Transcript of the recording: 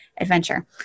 adventure